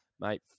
mate